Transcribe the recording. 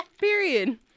Period